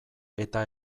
eta